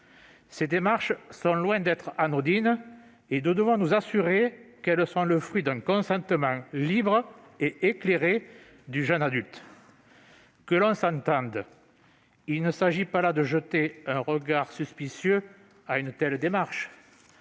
Ces démarches sont loin d'être anodines, et nous devons nous assurer qu'elles sont le fruit d'un consentement libre et éclairé du jeune adulte. Entendons-nous bien, il ne s'agit pas de jeter un regard suspicieux sur une telle démarche.